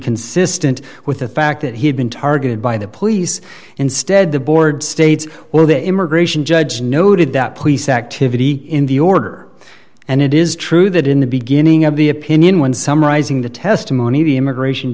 consistent with the fact that he had been targeted by the police instead the board states or the immigration judge noted that police activity in the order and it is true that in the beginning of the opinion when summarizing the testimony of the immigration